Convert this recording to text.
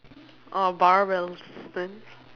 orh barbells then